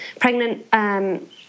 pregnant